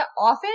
often